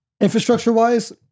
infrastructure-wise